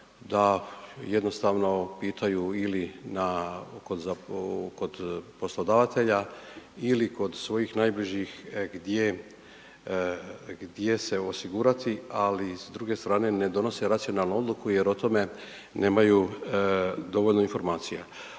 da jednostavno pitaju ili na, kod poslodavatelja ili kod svojih najbližih, gdje, gdje se osigurati, ali s druge strane ne donose racionalnu odluku jer o tome nemaju dovoljno informacija.